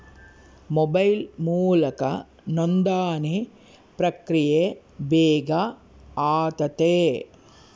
mobile ಮೂಲಕ ನೋಂದಣಿ ಪ್ರಕ್ರಿಯೆ ಬೇಗ ಆತತೆ